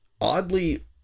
oddly